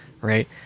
right